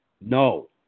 No